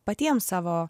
patiem savo